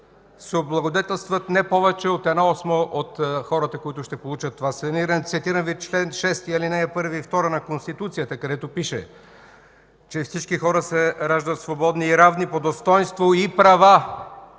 се облагодетелстват не повече от една осма от хората, които ще получат това саниране. Цитирам Ви чл. 6, алинеи 1 и 2 на Конституцията, където пише, че всички хора се раждат свободни и равни по достойнство и права!